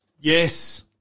yes